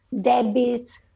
debit